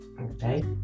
Okay